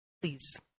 Please